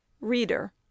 reader